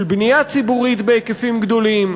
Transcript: של בנייה ציבורית בהיקפים גדולים,